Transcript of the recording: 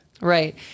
Right